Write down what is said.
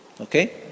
Okay